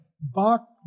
Bach